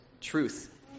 truth